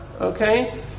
okay